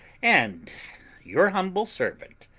and your humble servant,